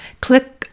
Click